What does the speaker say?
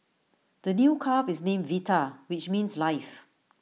the new calf is named Vita which means life